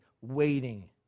waiting